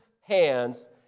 hands